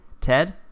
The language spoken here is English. TED